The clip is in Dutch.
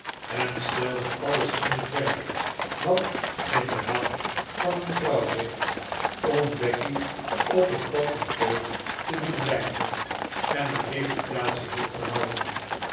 en stelde alles in het werk wat in de macht van een vrouw ligt om becky op het pad der deugd te doen blijven en haar reputatie hoog te houden